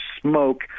smoke